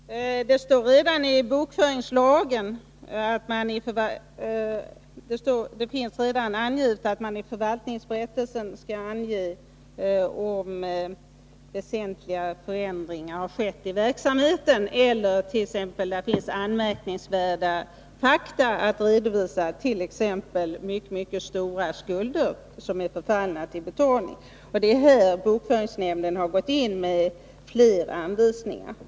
Herr talman! Det står redan i bokföringslagen angivet att man i förvaltningsberättelsen skall redovisa om väsentliga förändringar har skett i verksamheten eller om det finns anmärkningsvärda fakta att rapportera, t.ex. mycket stora skulder som är förfallna till betalning. Det är i dessa sammanhang som bokföringsnämnden har utfärdat flera anvisningar.